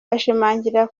ashimangira